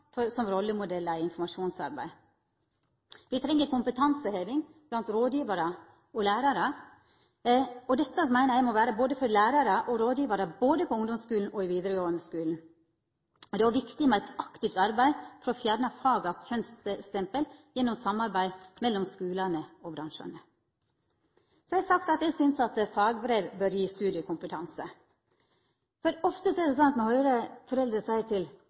ressursbank som rollemodellar i informasjonsarbeidet. Me treng kompetanseheving blant rådgjevarar og lærarar. Dette meiner eg må vera både for lærarar og for rådgjevarar både på ungdomsskulen og i den vidaregåande skulen. Det er òg viktig med eit aktivt arbeid for å fjerna fagas kjønnsstempel gjennom samarbeid mellom skulane og bransjane. Så har eg sagt at eg synest fagbrev bør gje studiekompetanse. Ofte høyrer me foreldre seia til ungdomen sin: Ta allmennfag, så er det